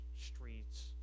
streets